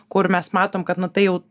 kur mes matom kad na tai jau